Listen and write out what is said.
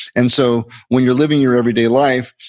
and so when you're living your everyday life,